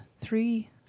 three